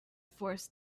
forced